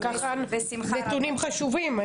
ואלה נתונים חשובים.